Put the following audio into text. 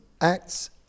acts